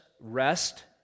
rest